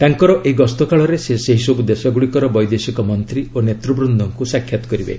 ତାଙ୍କର ଏହି ଗସ୍ତ କାଳରେ ସେ ସେହିସବୁ ଦେଶଗୁଡ଼ିକର ବୈଦେଶିକ ମନ୍ତ୍ରୀ ଓ ନେତ୍ୱବୃନ୍ଦଙ୍କୁ ସାକ୍ଷାତ୍ କରିବେ